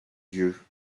dieux